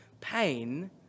pain